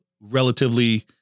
relatively